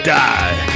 die